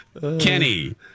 Kenny